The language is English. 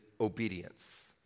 obedience